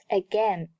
again